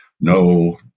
No